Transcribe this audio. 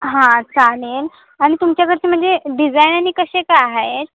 हां चालेल आणि तुमच्याकडचे म्हणजे डिझाईन आणि कसे काय आहेत